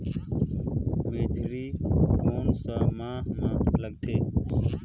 मेझरी कोन सा माह मां लगथे